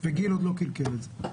גיל עוד לא קלקל את זה.